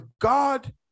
God